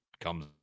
comes